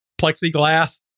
plexiglass